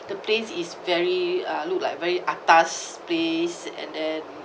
the place is very uh look like very atas place and then